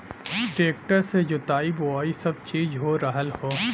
tractor से जोताई बोवाई सब चीज हो रहल हौ